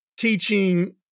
teaching